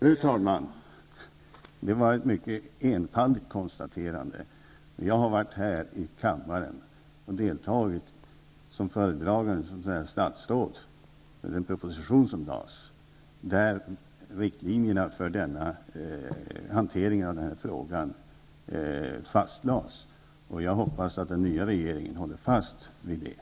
Fru talman! Det var ett mycket enfaldigt konstaterande. Jag har deltagit i kammardebatten efter att ha varit föredragande statsråd för den proposition som presenterades och där riktlinjerna för hanteringen av frågan fastlades, och jag hoppas att den nuvarande regeringen håller fast vid dessa.